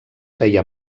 feia